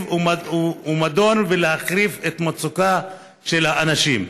ומדון ולהחריף את המצוקה של האנשים.